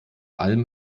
alm